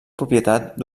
propietat